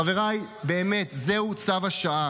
חבריי, באמת, זהו צו השעה.